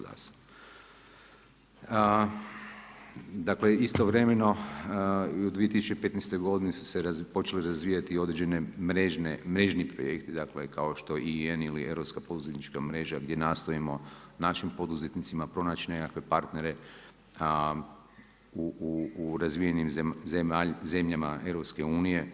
Dakle istovremeno i u 2015. godini su se počeli razvijati i određeni mrežni projekti, dakle kao što i EEN ili europska poduzetnička mreža gdje nastojimo našim poduzetnicima pronaći nekakve partnere u razvijenim zemljama EU.